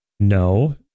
No